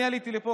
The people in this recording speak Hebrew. תודה רבה.